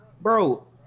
bro